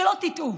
שלא תטעו.